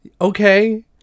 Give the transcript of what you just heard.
Okay